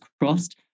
crossed